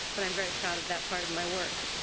but i'm very proud of that part of my work.